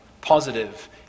positive